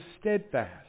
steadfast